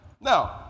Now